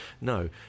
No